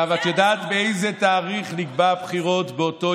עכשיו את יודעת באיזה תאריך נקבעו הבחירות באותו